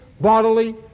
bodily